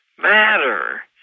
Matter